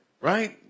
Right